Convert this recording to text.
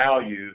value